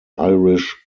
irish